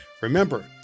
remember